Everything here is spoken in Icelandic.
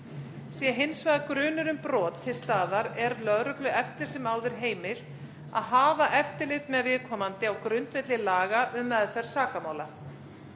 Sé hins vegar grunur um brot til staðar er lögreglu eftir sem áður heimilt að hafa eftirlit með viðkomandi á grundvelli laga um meðferð sakamála.